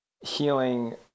healing